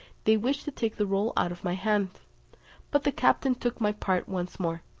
they wished to take the roll out of my hand but the captain took my part once more.